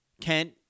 Kent